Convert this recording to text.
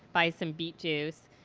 buy so beet juice,